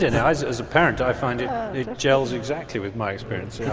and as as a parent i find gels exactly with my experience. yeah